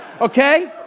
okay